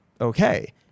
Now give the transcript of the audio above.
okay